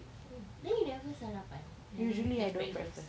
oh then you never sarapan you never have breakfast